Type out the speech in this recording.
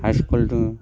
high school दङ